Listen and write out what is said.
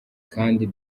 kandi